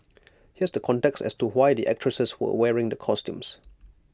here's the context as to why the actresses were wearing the costumes